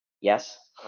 Yes